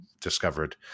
discovered